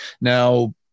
Now